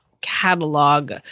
catalog